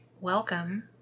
welcome